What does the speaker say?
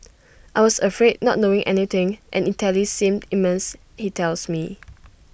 I was afraid not knowing anything and Italy seemed immense he tells me